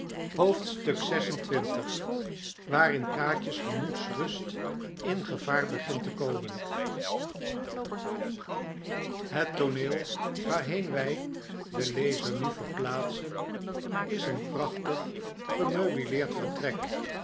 hoofdstuk xxvi waarin kaatje's gemoedsrust in gevaar begint te komen het tooneel waarheen wij den lezer nu verplaatsen is een prachtig